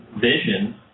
vision